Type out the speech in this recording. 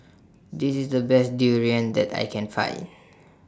This IS The Best Durian that I Can Find